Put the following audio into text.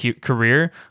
career